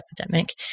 epidemic